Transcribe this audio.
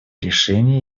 решения